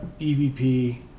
EVP